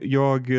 jag